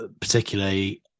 particularly